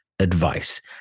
advice